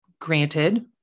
Granted